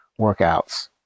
workouts